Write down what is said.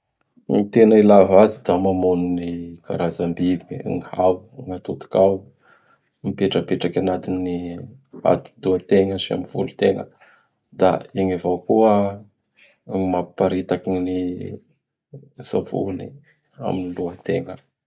Gny tena ilava azy da mamono ny karazam-biby: ny Hao, gn' atodik'Hao; mipetrapetraky agnatin'ny atidohan-tegna sy gny volotegna. Da igny avao koa gn mampiparitaky gn ny savony am lohategna.